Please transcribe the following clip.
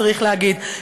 צריך להגיד,